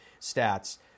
stats